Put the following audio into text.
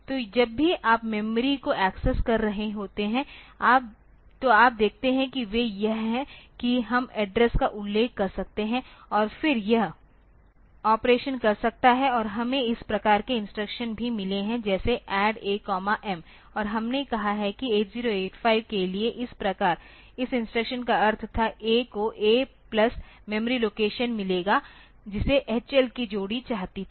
तो जब भी आप मेमोरी को एक्सेस कर रहे होते हैं तो आप देखते हैं कि वे यह हैं कि हम एड्रेस का उल्लेख कर सकते हैं और फिर यह ऑपरेशन कर सकता है और हमें इस प्रकार के इंस्ट्रक्शन भी मिले हैं जैसे ADD A M और हमने कहा कि 8085के लिए इस प्रकार इस इंस्ट्रक्शन का अर्थ था A को A प्लस मेमोरी लोकेशन मिलेगा जिसे HL की जोड़ी चाहती थी